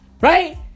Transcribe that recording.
right